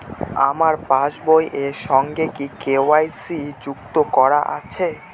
আমার পাসবই এর সঙ্গে কি কে.ওয়াই.সি যুক্ত করা আছে?